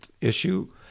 issue